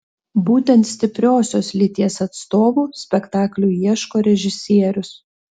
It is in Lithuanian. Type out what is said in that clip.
būtent stipriosios lyties atstovų spektakliui ieško režisierius